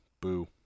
Boo